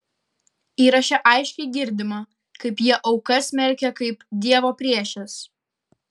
įraše aiškiai girdima kaip jie aukas smerkia kaip dievo priešes